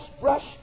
brush